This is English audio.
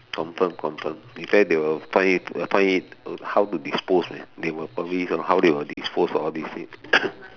confirm confirm in fact they will find it find it uh how to dispose they they will how they will dispose of all this thing